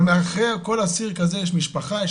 אבל מאחורי כל אסיר כזה יש משפחה,